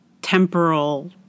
temporal